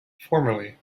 formally